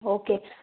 okay